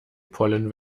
pollen